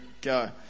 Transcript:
go